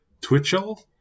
Twitchell